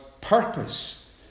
purpose